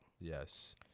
Yes